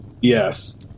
yes